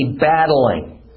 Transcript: battling